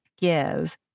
give